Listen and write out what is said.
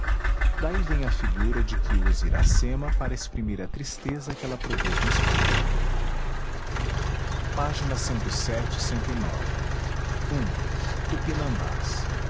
daí vem a figura de que usa iracema para exprimir a tristeza que ela produz no esposo água ág tupinambás